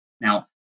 Now